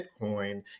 Bitcoin